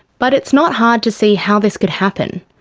but it's not hard to see how this could happen.